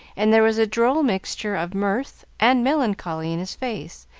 and there was a droll mixture of mirth and melancholy in his face,